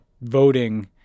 voting